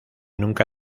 nunca